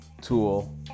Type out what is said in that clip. tool